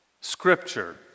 Scripture